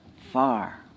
far